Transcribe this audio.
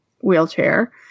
wheelchair